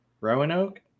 Roanoke